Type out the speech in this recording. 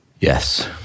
Yes